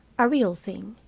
a real thing.